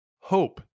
Hope